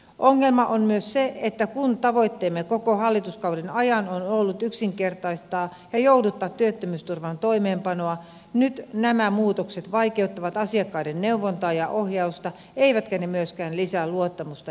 ongelma on myös se että kun tavoitteemme koko hallituskauden ajan on ollut yksinkertaistaa ja jouduttaa työttömyysturvan toimeenpanoa nyt nämä muutokset vaikeuttavat asiakkaiden neuvontaa ja ohjausta eivätkä ne myöskään lisää luottamusta järjestelmäämme